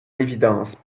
l’évidence